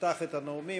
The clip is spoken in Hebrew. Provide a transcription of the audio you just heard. יפתח את הנאומים.